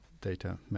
data